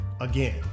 again